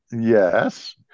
yes